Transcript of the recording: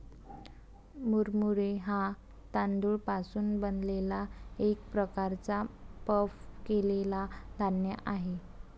मुरमुरे हा तांदूळ पासून बनलेला एक प्रकारचा पफ केलेला धान्य आहे